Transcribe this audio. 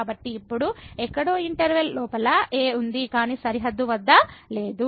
కాబట్టి ఇప్పుడు ఎక్కడో ఇంటర్వెల్ లోపల a ఉంది కానీ సరిహద్దు వద్ద లేదు